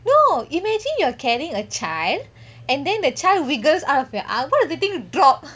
no imagine you are carrying a child and then the child wiggles out of your arm what if that thing drop